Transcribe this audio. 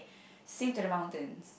sing to the mountains